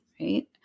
right